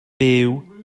byw